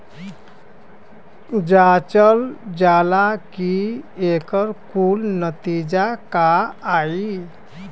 जांचल जाला कि एकर कुल नतीजा का आई